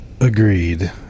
Agreed